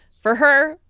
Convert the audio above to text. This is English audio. for her,